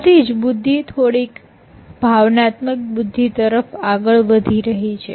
આથી જ બુદ્ધિ થોડીક ભાવનાત્મક બુદ્ધિ તરફ આગળ વધી રહી છે